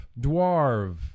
dwarf